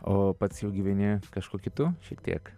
o pats jau gyveni kažkuo kitu šiek tiek